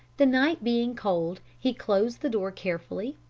the night being cold, he closed the door carefully,